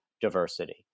diversity